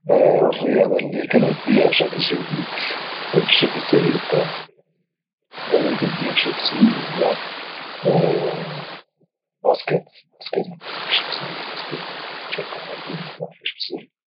الرياضة اللي كاناديها بشكل جيد هي الباسكت ما كانعرفش بزاف الباسكيت حتى القواعد دياله ما كانعرفهاش بزاف